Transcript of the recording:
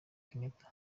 kenyatta